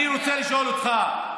אני רוצה לשאול אותך: